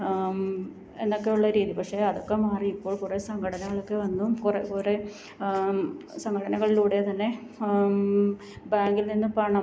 എന്നൊക്കെ ഉള്ള രീതി പക്ഷെ അതൊക്കെ മാറി ഇപ്പോൾ കുറേ സംഘടനകളൊക്കെ വന്നും കുറേ കുറേ സംഘടനകളിലൂടെ തന്നെ ബാങ്കിൽനിന്ന് പണം